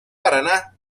paraná